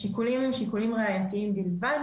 השיקולים הם שיקולים ראייתיים בלבד,